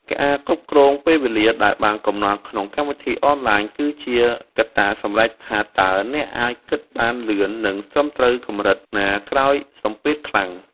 ការគ្រប់គ្រងពេលវេលាដែលបានកំណត់ក្នុងកម្មវិធីអនឡាញគឺជាកត្តាសម្រេចថាតើអ្នកអាចគិតបានលឿននិងត្រឹមត្រូវកម្រិតណាក្រោមសម្ពាធខ្លាំង។